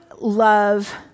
love